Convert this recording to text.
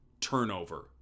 turnover